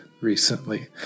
recently